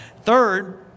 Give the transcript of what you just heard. Third